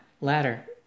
ladder